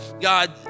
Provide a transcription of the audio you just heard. God